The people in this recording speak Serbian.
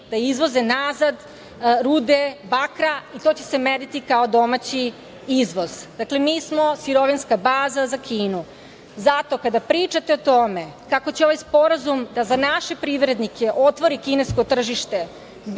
da izvoze nazad rude bakra i to će se meriti kao domaći izvoz. Dakle, mi smo sirovinska baza za Kinu. Zato kada pričate o tome kako će ovaj sporazum da za naše privrednike otvori kinesko tržište,